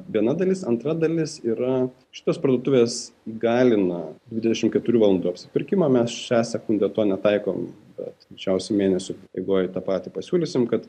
viena dalis antra dalis yra šitas parduotuves įgalina dvidešimt keturių valandų apsipirkimą mes šią sekundę to netaikom bet greičiausiai mėnesio eigoj tą patį pasiūlysime kad